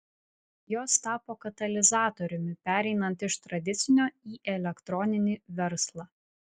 jos tapo katalizatoriumi pereinant iš tradicinio į elektroninį verslą